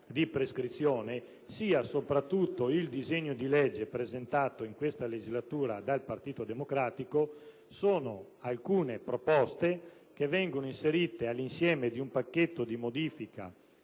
di prescrizione, e soprattutto il disegno di legge presentato in questa legislatura dal Partito Democratico, sono alcune proposte che vengono inserite all'interno di un pacchetto di modifiche